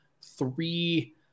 three